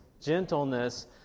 gentleness